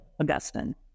Augustine